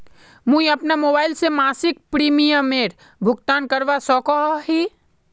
मुई अपना मोबाईल से मासिक प्रीमियमेर भुगतान करवा सकोहो ही?